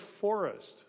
forest